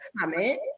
comment